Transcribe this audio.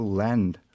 land